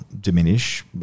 diminish